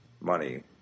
Money